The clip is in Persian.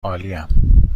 عالیم